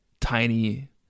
tiny